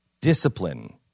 Discipline